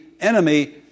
enemy